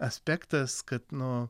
aspektas kad nu